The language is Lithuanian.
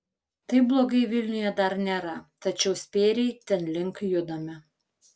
taip blogai vilniuje dar nėra tačiau spėriai tenlink judame